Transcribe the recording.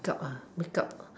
make up make up